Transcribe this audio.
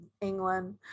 England